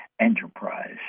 Enterprise